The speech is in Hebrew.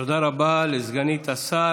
תודה רבה לסגנית השר.